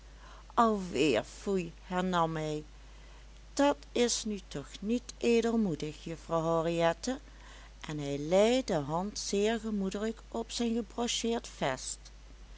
weer foei hernam hij dat is nu toch niet edelmoedig juffrouw henriette en hij lei de hand zeer gemoedelijk op zijn gebrocheerd vest